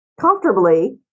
comfortably